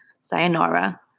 Sayonara